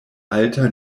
alta